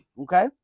okay